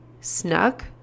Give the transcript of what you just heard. snuck